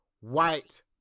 White